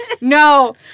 No